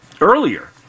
earlier